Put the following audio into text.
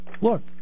Look